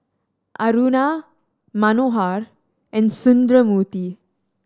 Aruna Manohar and Sundramoorthy